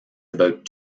about